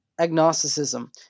Agnosticism